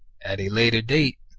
at a later date,